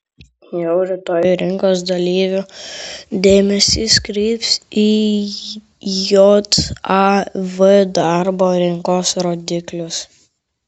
jau rytoj rinkos dalyvių dėmesys kryps į jav darbo rinkos rodiklius